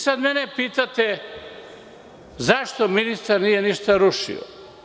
Sada mene pitate - zašto ministar nije ništa rušio?